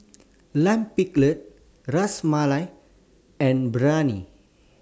Lime Pickle Ras Malai and Biryani